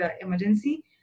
emergency